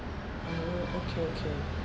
mm okay okay